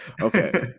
Okay